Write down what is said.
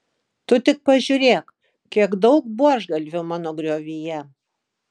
tu tik pažiūrėk kiek daug buožgalvių mano griovyje